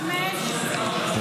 אתה